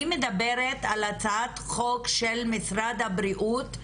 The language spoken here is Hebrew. אני מדברת על הצעת חוק של משרד הבריאות,